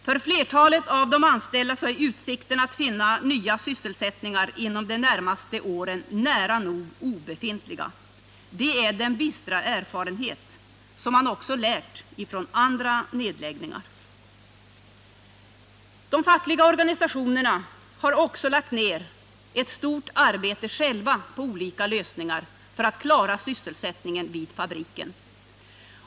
För flertalet av de anställda är utsikterna att få ny sysselsättning inom de närmaste åren nära nog obefintliga. Det är den bistra erfarenhet man gjort också vid andra nedläggningar. De fackliga organisationerna har själva lagt ned ett stort arbete på olika lösningar för att klara sysselsättningen vid fabriken.